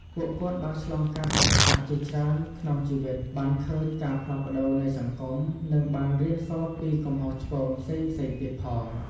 ពួកគាត់បានឆ្លងកាត់ឧបសគ្គជាច្រើនក្នុងជីវិត បានឃើញការផ្លាស់ប្តូរនៃសង្គម និងបានរៀនសូត្រពីកំហុសឆ្គងផ្សេងៗទៀតផង។